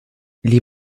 les